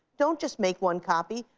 don't just make one copy,